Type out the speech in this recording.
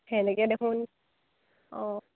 সেনেকে দেখোন অঁ